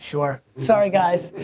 sure, sorry guys.